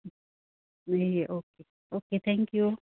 A okay okay thank you